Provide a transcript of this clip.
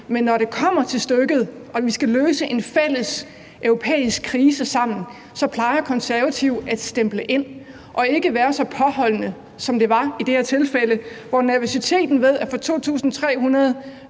men når det kommer til stykket og vi skal løse en fælles europæisk krise sammen, så plejer Konservative at stemple ind og ikke være så påholdende, som man var i det her tilfælde, hvor nervøsiteten ved at få 2.300